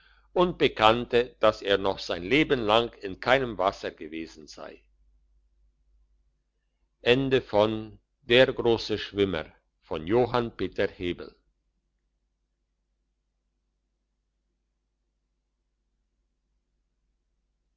und bekannte dass er noch sein leben lang in keinem wasser gewesen sei